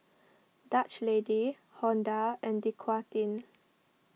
Dutch Lady Honda and Dequadin